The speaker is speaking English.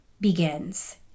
begins